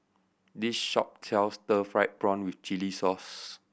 this shop sells stir fried prawn with chili sauce